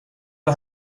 det